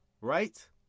Right